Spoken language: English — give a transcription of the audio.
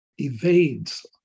evades